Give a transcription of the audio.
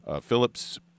Phillips